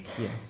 Yes